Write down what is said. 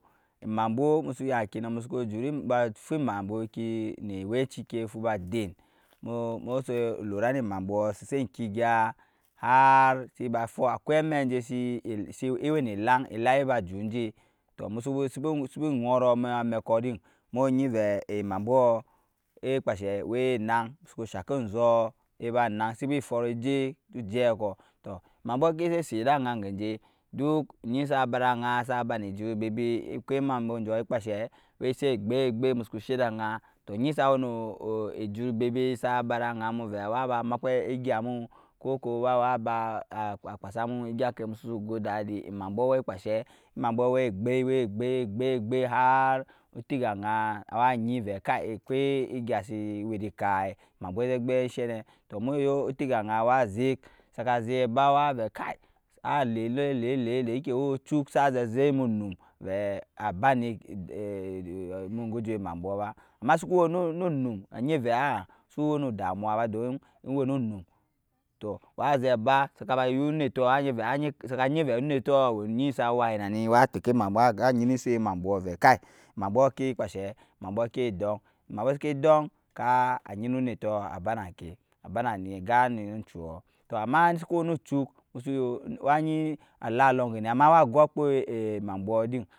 Emambwo emu suku ya ŋke nol musu ku jut fu emambwo ne awe ci ŋke fu ba den nu musu llura ne emambwoɔ sese nyke eguaa jar ba fst akwai amɛk nje si ewe ne elay elaŋ ewe ba jut nje tɔ musu suku ŋɔrɔ eme amɛkɔ din mu nyi vɛɛ ee emambwos ee kpa enshɛɛ wee enaŋ musu ku ba shaŋke e jaɔ kɔ tɔ emambwo egyɛp si set ede aŋ a nze nje duk onyi sa ba deda aŋa a sa ba ne ejut ebebe eko emambwo njɔɔ ekpa enshee a set egbei gbei musu ku she eda aŋa tɔ onyi sa we nuu a ba maku egya mu kɔ kuwa wa ba a kpasa mu egya oŋke musu si go dadi emambwo we kpa ensheɛ emambwo we gbei we gbei we gbei we gbei har otiga aŋa wa nyi vɛɛ kai akwai egya si we ede ekai emambwos wei egbi enshu ne tɔ mu yu otiga aŋaa wa zek saka zek ba wa vɛ kai wa lee ee lee lee lee de ike owe ocuk sa zek nu onum vɛɛ a aba ende nu nlgu ju emambwoɔ ba amma suku we nu onum anyi vɛ a a su we nu samuwa ba don owe nu onum tɔ wa zɛ ba saka ba yu oniytɔ anyi vɛ saka nyi vɛɛ onitɔɔ awe onyi sa waye nani wa teke a nyina ensok emambwos vɛ kai emambwo ke ekpa ensheɛ emambwos ke dɔɲ amambwos seke doŋ kaa nyina onits aba aba na ni a gan ayet encuɔ tɔ amma suku owe nu juk wa nyi a la ols ŋgeni amma wa go akpo emambwos din.